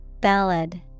Ballad